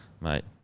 mate